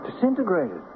disintegrated